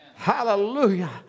Hallelujah